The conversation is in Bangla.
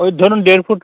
ওই ধরুন দেড় ফুট